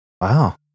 Wow